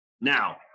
Now